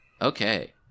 Okay